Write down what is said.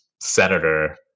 senator